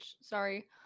Sorry